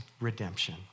redemption